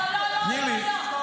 לא, לא, לא, לא.